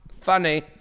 Funny